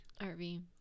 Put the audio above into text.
RV